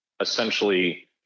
essentially